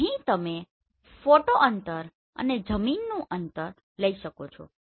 અહીં તમે ફોટો અંતર અને જમીનનું અંતર લઈ શકો છો